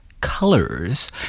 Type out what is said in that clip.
colors